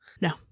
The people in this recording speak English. No